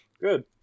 Good